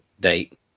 date